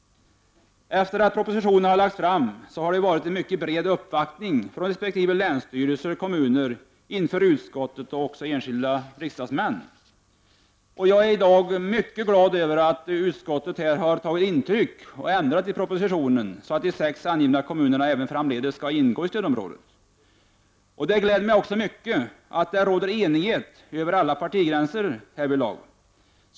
Efter det att propositionen lades fram har det förekommit en mycket bred uppvaktning från berörda länsstyrelser och kommuner av utskottet och enskilda riksdagsmän. Jag är därför i dag mycket glad över att utskottet här har tagit intryck och ändrat i propositionen så att de sex angivna kommunerna även framdeles skall ingå i stödområdet. Det gläder mig också mycket att det råder enighet över alla partigränser härvidlag.